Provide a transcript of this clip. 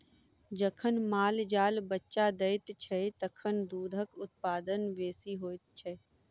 जखन माल जाल बच्चा दैत छै, तखन दूधक उत्पादन बेसी होइत छै